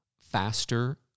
faster